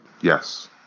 Yes